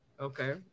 Okay